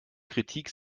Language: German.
kritik